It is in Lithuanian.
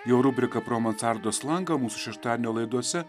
jo rubrika pro mansardos langą mūsų šeštadienio laidose